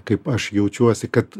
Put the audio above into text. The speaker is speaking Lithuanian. kaip aš jaučiuosi kad